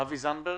אבי זנדברג,